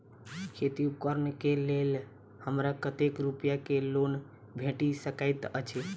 खेती उपकरण केँ लेल हमरा कतेक रूपया केँ लोन भेटि सकैत अछि?